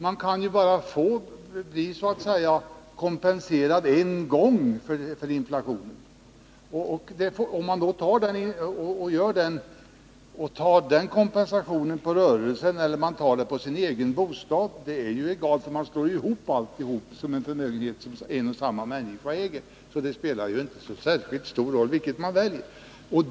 Man kan ju bara bli kompenserad en gång för inflationen. Får man den kompensationen när det gäller rörelsen eller bostaden är ju egalt. Man slår ju ihop all den förmögenhet som en och samma människa äger, varför det inte spelar så särskilt stor roll vilket man väljer.